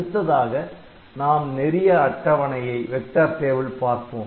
அடுத்ததாக நாம் நெறிய அட்டவணையை பார்ப்போம்